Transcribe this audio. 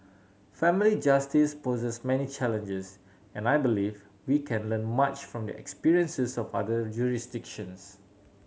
family justice poses many challenges and I believe we can learn much from the experiences of other jurisdictions